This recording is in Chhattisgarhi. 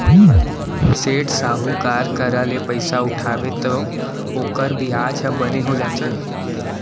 सेठ, साहूकार करा ले पइसा उठाबे तौ ओकर बियाजे ह बने हो जाथे